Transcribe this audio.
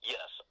Yes